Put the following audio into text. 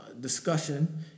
discussion